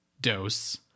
dose